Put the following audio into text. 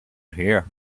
here